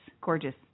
Gorgeous